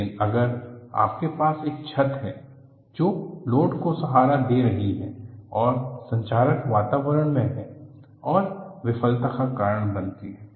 लेकिन अगर आपके पास एक छत है जो लोड को सहारा दे रही है और संक्षारक वातावरण में है और विफलता का कारण बनती है